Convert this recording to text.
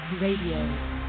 Radio